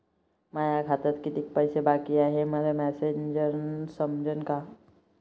माया खात्यात कितीक पैसे बाकी हाय हे मले मॅसेजन समजनं का?